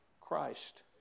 Christ